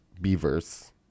beavers